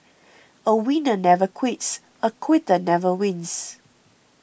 a winner never quits a quitter never wins